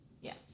yes